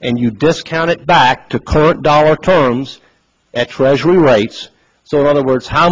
and you discount it back to current dollar terms at treasury rates so other words how